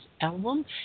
album